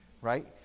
right